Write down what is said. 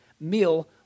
meal